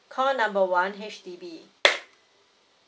call number one H_D_B